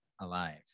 alive